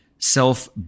Self